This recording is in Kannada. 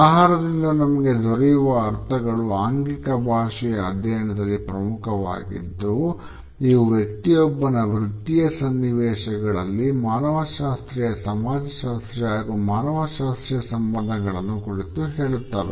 ಆಹಾರದಿಂದ ನಮಗೆ ದೊರೆಯುವ ಅರ್ಥಗಳು ಆಂಗಿಕ ಭಾಷೆಯ ಅಧ್ಯಯನದಲ್ಲಿ ಪ್ರಮುಖವಾಗಿದ್ದು ಇವು ವ್ಯಕ್ತಿಯೊಬ್ಬನ ವೃತ್ತೀಯ ಸನ್ನಿವೇಶಗಳಲ್ಲಿ ಮಾನವಶಾಸ್ತ್ರೀಯ ಸಮಾಜಶಾಸ್ತ್ರೀಯ ಹಾಗೂ ಮನಃಶಾಸ್ತ್ರೀಯ ಸಂಬಂಧಗಳನ್ನು ಕುರಿತು ಹೇಳುತ್ತವೆ